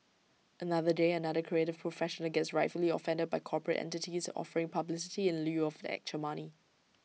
another day another creative professional gets rightfully offended by corporate entities offering publicity in lieu of actual money